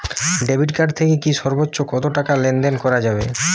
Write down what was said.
Debit card থেকে সর্বোচ্চ কত টাকা লেনদেন করা যাবে?